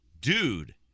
Dude